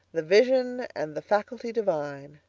the vision and the faculty divine.